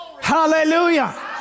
hallelujah